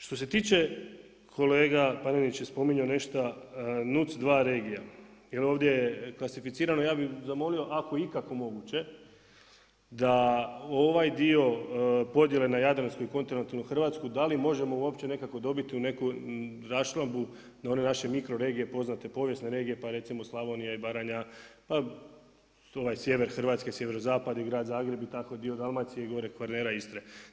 Što se tiče kolega Panenić je spominjao nešto NUC 2 regije, jer ovdje je klasificirano, ja bi zamolio ako je ikako moguće, da ovaj dio podjele na jadransku i kontinentalnu Hrvatsku, da li možemo uopće dobiti u neku raščlambu na one naše mikro regije, poznate, povijesne regije, pa recimo Slavonija i Baranja, pa sjever Hrvatske, sjeverozapadni grad Zagreb i tako dio Dalmacije i gore, Kvarnera, Istre.